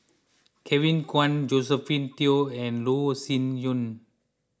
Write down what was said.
Kevin Kwan Josephine Teo and Loh Sin Yun